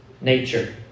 nature